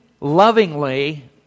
lovingly